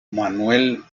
manuel